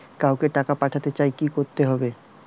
কাউকে টাকা পাঠাতে চাই কি করতে হবে?